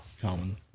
common